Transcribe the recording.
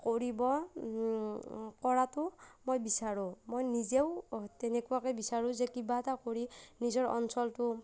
কৰিব কৰাটো মই বিচাৰো মই নিজেও তেনেকুৱাকৈ বিচাৰো যে কিবা এটা কৰি নিজৰ অঞ্চলটো